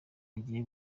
agiye